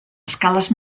escales